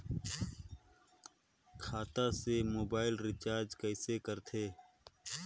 खाता से mobile recharge कइसे करथे